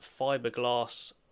fiberglass